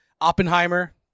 oppenheimer